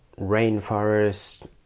rainforest